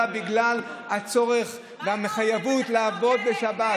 בגלל הצורך והמחויבות לעבוד בשבת.